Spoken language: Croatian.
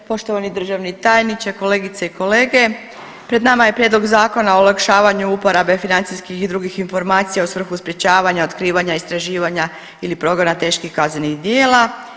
Poštovani državni tajniče, kolegice i kolege, pred nama je Prijedlog Zakona o olakšavanju uporabe financijskih i drugih informacija u svrhu sprječavanja, otkrivanja, istraživanja ili progona teških kaznenih djela.